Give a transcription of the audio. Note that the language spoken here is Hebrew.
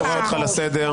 -- אני קורא אותך לסדר.